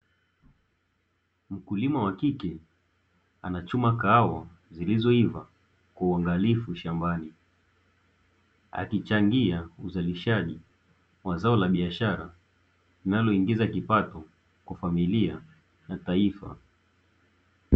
Mkulima wa kike ana chuma kahawa zilizo iva kwa uangalifu shambani. Akichangia uzalishaji wa zao la biashara linalo ingiza kipato kwa familia na taifa.